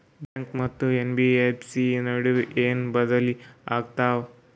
Bank ಮತ್ತ NBFC ನಡುವ ಏನ ಬದಲಿ ಆತವ?